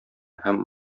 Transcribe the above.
һәм